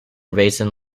raisin